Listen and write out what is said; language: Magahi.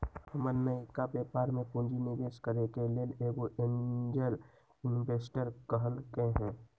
हमर नयका व्यापर में पूंजी निवेश करेके लेल एगो एंजेल इंवेस्टर कहलकै ह